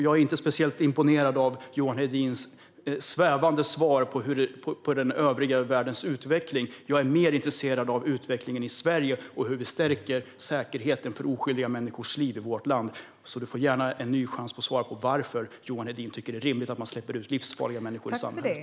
Jag är inte speciellt imponerad av Johan Hedins svävande svar angående den övriga världens utveckling. Jag är mer intresserad av utvecklingen i Sverige och hur vi stärker säkerheten för oskyldiga människor i vårt land. Johan Hedin får en ny chans att svara på varför han tycker att det är rimligt att man släpper ut livsfarliga människor i samhället.